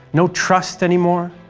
no trust anymore?